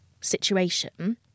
situation